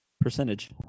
percentage